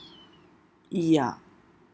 ya